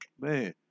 Man